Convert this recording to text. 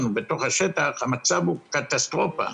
המצב הוא קטסטרופה.